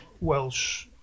Welsh